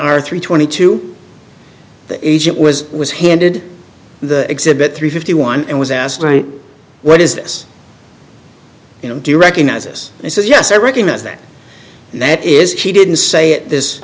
our three twenty two the agent was was handed the exhibit three fifty one and was asked right what is this you know he recognizes and says yes i recognize that that is he didn't say it this